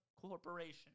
corporation